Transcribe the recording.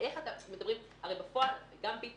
גם הרשות להגבלים עסקיים, הרי ביט ו-פפר